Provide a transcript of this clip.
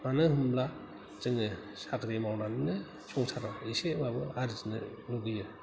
मानो होमब्ला जोङो साख्रि मावनानैनो संसाराव एसेबाबो आर्जिनो लुबैयो